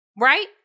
right